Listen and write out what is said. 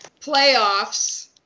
playoffs